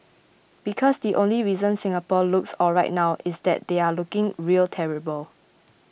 because the only reason Singapore looks alright now is that they are looking real terrible